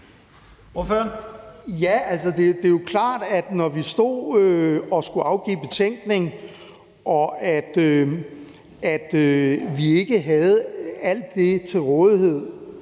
Altså, det er klart, at det, at vi stod og skulle afgive betænkning og ikke havde alt det til rådighed